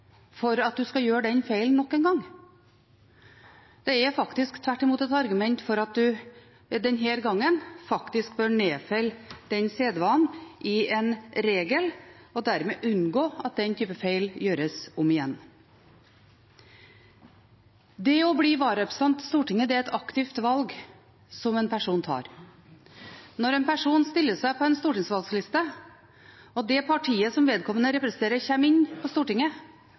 for at en denne gangen faktisk bør nedfelle denne sedvanen i en regel, og dermed unngå at den type feil gjøres om igjen. Det å bli vararepresentant til Stortinget er et aktivt valg som en person tar. Når en person stiller seg på en stortingsvalgsliste og det partiet som vedkommende representerer, kommer inn på Stortinget,